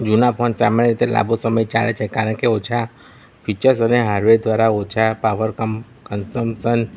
જૂના ફોન સામાન્ય રીતે લાંબો સમય ચાલે છે કારણ કે ઓછા ફીચર્સ અને હાર્ડવેર દ્વારા ઓછા પાવર કમ કંઝપસન